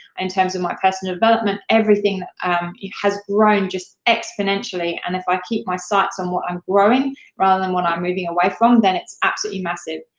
in terms of my personal development, everything has grown just exponentially, and if i keep my sights on what i'm growing rather than what i'm moving away from, then it's absolutely massive,